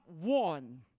one